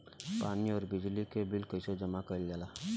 पानी और बिजली के बिल कइसे जमा कइल जाला?